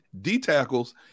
D-tackles